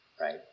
right